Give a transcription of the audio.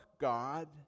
God